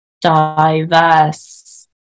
diverse